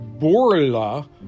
Borla